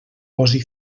posi